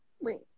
Wait